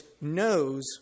knows